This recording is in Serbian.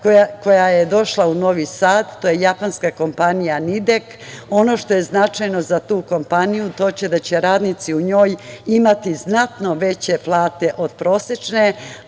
koja je došla u Novi Sad je japanska kompanija „Nidek“.Ono što je značajno za tu kompaniju, to je da će radnici u njoj imati znatno veće plate od prosečne,